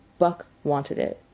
buck wanted it.